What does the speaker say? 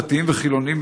דתיים וחילונים,